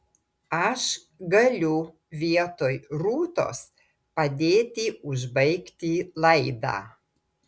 aš galiu vietoj rūtos padėti užbaigti laidą